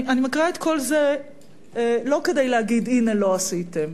אני מקריאה את כל זה לא כדי להגיד: הנה לא עשיתם,